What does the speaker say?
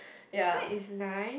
ya